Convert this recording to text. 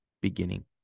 beginning